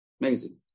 Amazing